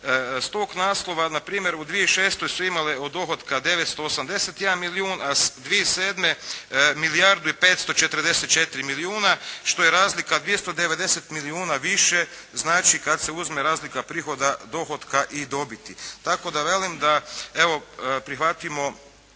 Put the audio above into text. s tog naslova na primjer u 2006. su imale od dohotka 981 milijun, a 2007. milijardu i 544 milijuna što je razlika 290 milijuna više. Znači, kad se uzme razlika prihoda dohotka i dobiti, tako da velim da evo prihvatimo